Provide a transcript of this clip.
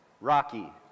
Rocky